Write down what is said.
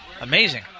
amazing